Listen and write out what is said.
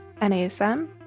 NASM